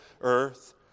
earth